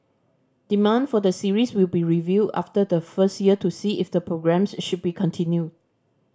demand for the series will be reviewed after the first year to see if the programmes should be continued